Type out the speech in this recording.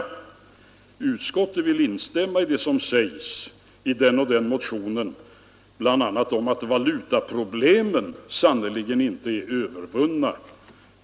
——— Utskottet vill instämma i det som sägs i motionen ——— om att valutaproblemen inte kan anses övervunna.